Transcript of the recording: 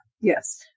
yes